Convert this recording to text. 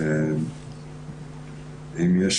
האם יש